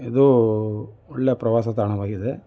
ಇದು ಒಳ್ಳೆ ಪ್ರವಾಸ ತಾಣವಾಗಿದೆ